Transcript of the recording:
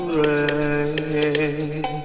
rain